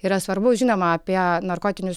yra svarbu žinoma apie narkotinius